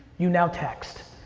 you now text.